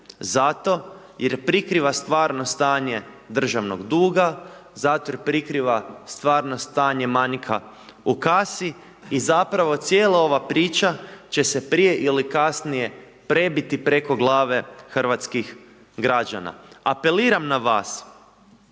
zato jer prikriva stvarno stanje državnog duga, zato jer prikriva stvarno stanje manjka u kasi i zapravo cijela ova priča će se prije ili kasnije prebiti preko glave hrvatskih građana. Apeliram na vas